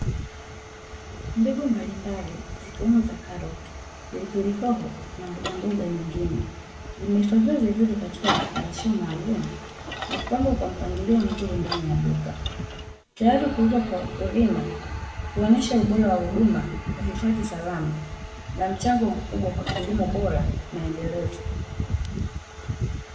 Mbegu mbalimbali zikiwemo za karoti, pilipili hoho na mbogamboga nyingine. Zimehifadhiwa vizuri katika vifungashio maalumu na kupangwa kwa mpangilio mzuri ndani ya duka; tayari kuuzwa kwa wakulima, kuonesha ubora wa huduma, uhifadhi salama na mchango mkubwa kwa kilimo bora na endelevu.